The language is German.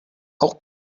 auch